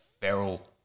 feral